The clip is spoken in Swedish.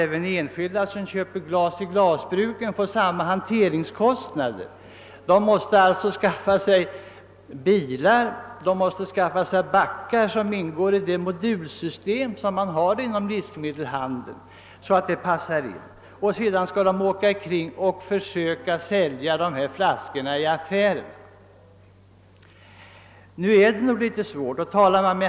Även enskilda som köper nyglas från glasbruken får hanteringskostnader — de måste ha bilar, de måste skaffa sig backar som ingår i modulsystemet inom livsmedelshandeln och de skall sedan åka omkring och försöka sälja flaskorna i affärerna.